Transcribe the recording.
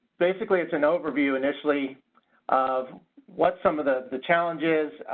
basically it is an overview initially of what some of the the challenges,